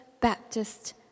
Baptist